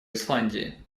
исландии